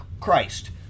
Christ